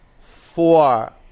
four